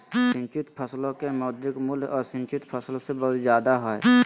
सिंचित फसलो के मौद्रिक मूल्य असिंचित फसल से बहुत जादे हय